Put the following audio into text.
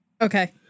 Okay